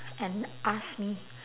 and ask me